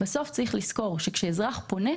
שבסוף צריך לזכור שכאשר אזרח פונה,